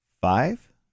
Five